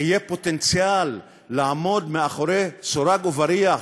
אהיה פוטנציאל לעמוד מאחורי סורג ובריח